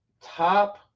top